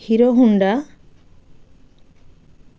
hero Honda